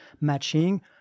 matching